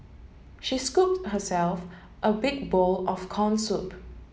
she scooped herself a big bowl of corn soup